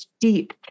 deep